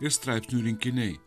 ir straipsnių rinkiniai